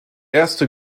erste